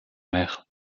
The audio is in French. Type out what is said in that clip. mer